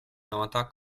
nota